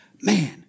man